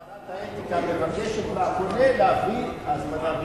ועדת האתיקה מבקשת מהפונה להביא הזמנה בכתב.